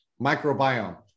microbiome